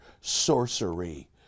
sorcery